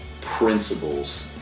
principles